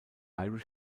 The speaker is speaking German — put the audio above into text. irish